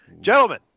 Gentlemen